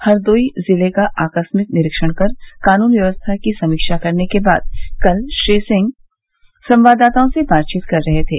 हरदोई जिले का आकस्मिक निरीक्षण कर कानून व्यवस्था की समीक्षा करने के बाद कल श्री सिंह संवाददाताओं से बातचीत कर रहे थे